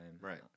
Right